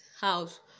house